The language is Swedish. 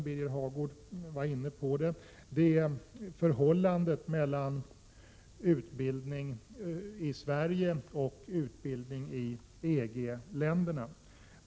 Birger Hagård var inne på det. Det gäller förhållandet mellan utbildning i Sverige och utbildning i EG-länderna.